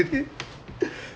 ya